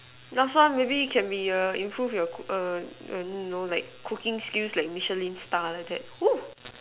last one maybe can be err improve your cook don't know cooking skills like Michelin star like that